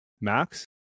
max